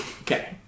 okay